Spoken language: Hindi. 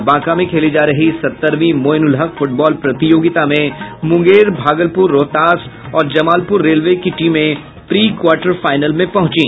और बांका में खेली जा रही सत्तरवीं मोईनुलहक फुटबॉल प्रतियोगिता में मुंगेर भागलपुर रोहतास और जमालपुर रेलवे की टीमें प्री क्वार्टर फाइनल में पहुंची